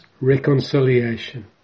reconciliation